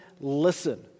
listen